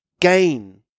gain